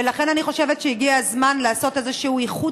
ולכן אני חושבת שהגיע הזמן לעשות איזשהו איחוד